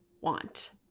want